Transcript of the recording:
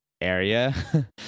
area